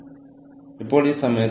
അത് ലളിതമാണ്